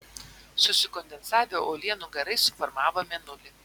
susikondensavę uolienų garai suformavo mėnulį